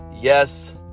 yes